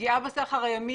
זו גם פגיעה בסחר הימי